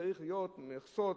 צריכות להיות מכסות